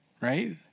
Right